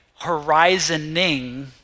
horizoning